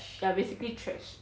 ya basically thrash